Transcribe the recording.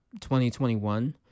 2021